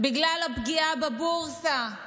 בגלל הפגיעה בבורסה,